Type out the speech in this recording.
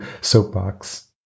soapbox